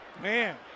Man